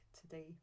today